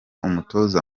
umutoza